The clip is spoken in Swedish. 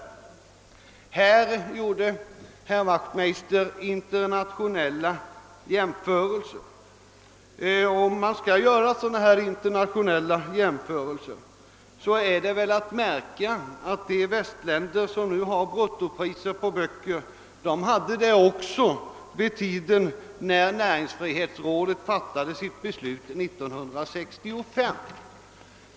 Herr Wachtmeister gjorde här internationella jämförelser. Om man skall göra sådana jämförelser är det att märka att de västländer som nu har bruttopriser på böcker hade det också vid den tidpunkt när näringsfrihetsrådet fattade sitt beslut 1965.